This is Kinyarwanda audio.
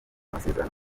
masezerano